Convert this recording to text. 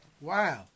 Wow